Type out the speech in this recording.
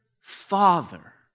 Father